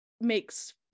makes